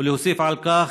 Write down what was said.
ונוסף על כך,